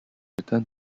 return